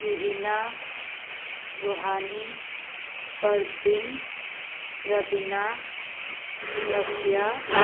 Ruhina Ruhani Parveen Rabina Rafiya